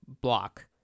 block